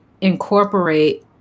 incorporate